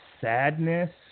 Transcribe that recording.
sadness